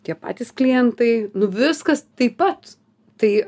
tie patys klientai nu viskas taip pat tai